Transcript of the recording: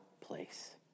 place